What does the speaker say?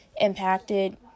impacted